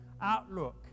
outlook